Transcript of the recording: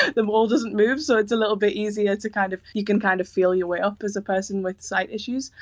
the wall doesn't move, so it's a little bit easier to kind of you can kind of feel your way up as a person with sight issues.